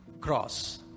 cross